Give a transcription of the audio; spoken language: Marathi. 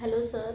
hello sir